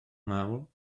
nghawl